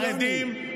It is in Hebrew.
חרדים,